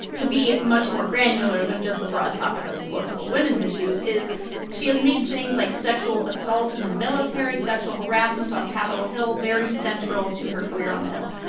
to be much more granular than just the broad topic of, quote, unquote, women's issues, is she has made things like sexual assault in the military, sexual harassment on capitol hill very central to her career on the hill.